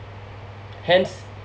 hence